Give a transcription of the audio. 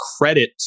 credit